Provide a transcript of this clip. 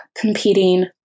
competing